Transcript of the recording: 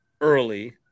early